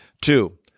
Two